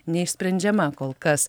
neišsprendžiama kol kas